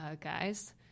guys